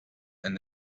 and